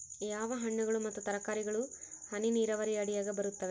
ಯಾವ ಹಣ್ಣುಗಳು ಮತ್ತು ತರಕಾರಿಗಳು ಹನಿ ನೇರಾವರಿ ಅಡಿಯಾಗ ಬರುತ್ತವೆ?